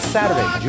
Saturday